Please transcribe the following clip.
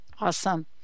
Awesome